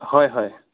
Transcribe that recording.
হয় হয়